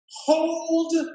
Hold